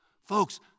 folks